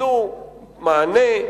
שייתנו מענה,